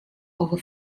over